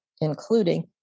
including